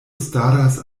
staras